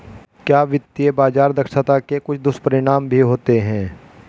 क्या वित्तीय बाजार दक्षता के कुछ दुष्परिणाम भी होते हैं?